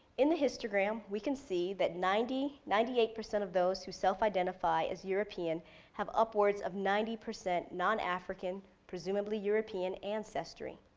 in the histogram, we can see that ninety ninety eight percent of those that self identify as european have upwards of ninety percent non-african, presumably european, ancestry.